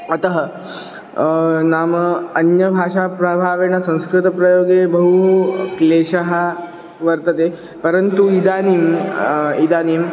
अतः नाम अन्यभाषाप्रभावेण संस्कृतप्रयोगे बहु क्लेशः वर्तते परन्तु इदानीम् इदानीं